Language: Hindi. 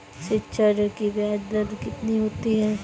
शिक्षा ऋण की ब्याज दर कितनी होती है?